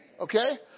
Okay